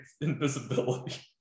invisibility